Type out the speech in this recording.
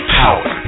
power